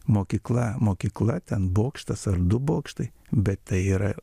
mokykla mokykla ten bokštas ar du bokštai bet tai yra